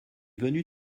venu